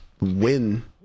win